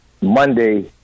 Monday